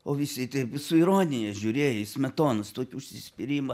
o visi taip su ironija žiūrėjo į smetonos tokį užsispyrimą